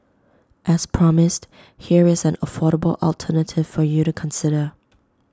as promised here is an affordable alternative for you to consider